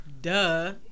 duh